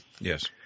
Yes